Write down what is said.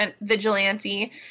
vigilante